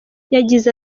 yagize